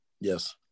yes